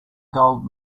gold